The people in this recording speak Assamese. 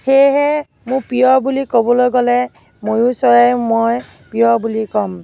সেয়েহে মোৰ প্ৰিয় বুলি ক'বলৈ গ'লে ময়ূৰ চৰাই মই প্ৰিয় বুলি ক'ম